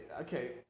okay